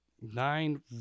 nine